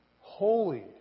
Holy